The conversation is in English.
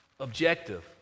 objective